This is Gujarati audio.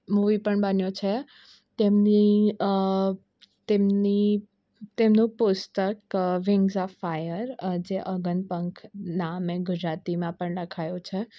મૂવી પણ બન્યું છે તેમની તેમની તેમનું પુસ્તક વિંગ્સ ઓફ ફાયર જે અગનપંખ નામે ગુજરાતીમાં પણ લખાયું છે